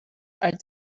are